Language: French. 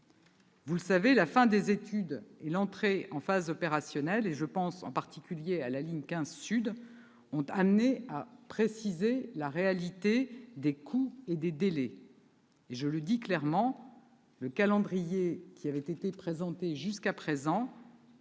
Vous le savez, la fin des études et l'entrée en phase opérationnelle - je pense en particulier à la ligne 15 Sud -ont conduit à préciser la réalité des coûts et des délais. Je le dis très clairement, le calendrier présenté jusqu'à présent